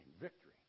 victory